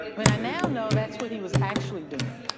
well, i now know that's what he was actually doing.